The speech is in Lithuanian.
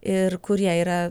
ir kurie yra